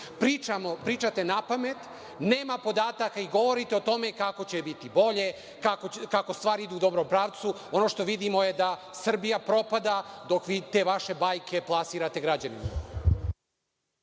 Pričate napamet. Nema podataka i govorite o tome kako će biti bolje, kako stvari idu u dobrom pravcu. Ono što vidimo je da Srbija propada dok vi te vaše bajke plasirate građanima.